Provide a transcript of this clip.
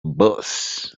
boss